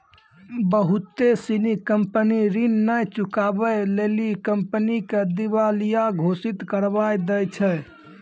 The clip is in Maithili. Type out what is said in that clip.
बहुते सिनी कंपनी ऋण नै चुकाबै लेली कंपनी के दिबालिया घोषित करबाय दै छै